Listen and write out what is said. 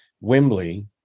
Wembley